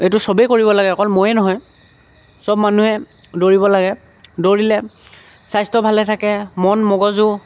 এইটো চবেই কৰিব লাগে অকল ময়ে নহয় চব মানুহে দৌৰিব লাগে দৌৰিলে স্বাস্থ্য ভালে থাকে মন মগজু